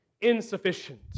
insufficient